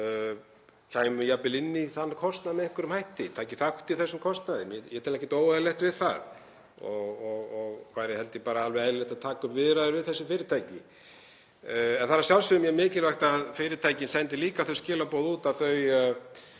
kæmu jafnvel inn í þann kostnað með einhverjum hætti, tækju þátt í þessum kostnaði. Ég tel ekkert óeðlilegt við það og væri held ég alveg eðlilegt að taka upp viðræður við þessi fyrirtæki. En það er að sjálfsögðu mjög mikilvægt líka að fyrirtækin sendi þau skilaboð út að þau